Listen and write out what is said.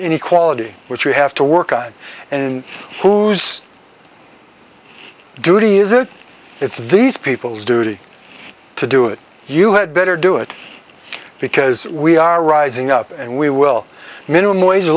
inequality which we have to work on and in whose duty is it it's these people's duty to do it you had better do it because we are rising up and we will minimum wage